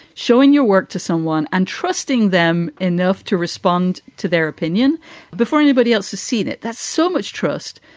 showing your work to someone and trusting them enough to respond to their opinion before anybody else has seen it. that's so much trust.